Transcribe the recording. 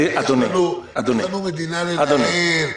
יש לנו מדינה לנהל.